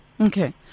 Okay